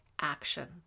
action